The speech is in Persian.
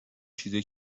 چیزای